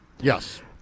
Yes